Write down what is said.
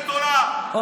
אנחנו,